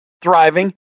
thriving